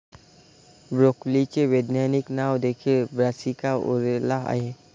ब्रोकोलीचे वैज्ञानिक नाव देखील ब्रासिका ओलेरा आहे